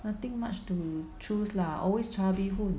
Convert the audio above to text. nothing much to choose lah always char bee hoon